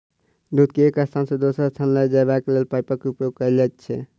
दूध के एक स्थान सॅ दोसर स्थान ल जयबाक लेल पाइपक उपयोग कयल जाइत छै